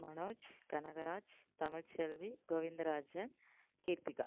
Manoj Kanagaraj Tamilselvi Govindarajan Keerthika